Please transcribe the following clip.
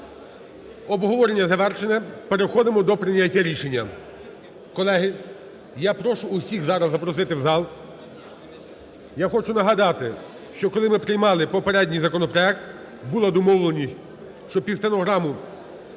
Обговорення завершено, переходимо до прийняття рішення. Колеги, я прошу усіх зараз запросити в зал. Я хочу нагадати, що коли ми приймали попередній законопроект, була домовленість, що під стенограму